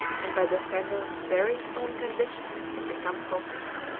and by december, behring's own condition had become hopeless.